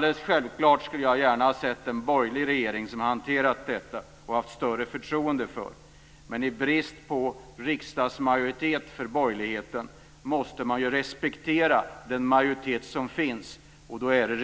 Det är självklart att jag gärna skulle ha sett och haft större förtroende för en borgerlig regering som hade hanterat detta. Men i brist på riksdagsmajoritet för borgerligheten måste man respektera den majoritet som finns, och då är det